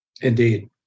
Indeed